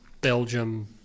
Belgium